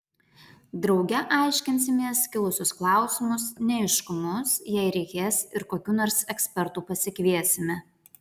drauge aiškinsimės kilusius klausimus neaiškumus jei reikės ir kokių nors ekspertų pasikviesime